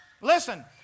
listen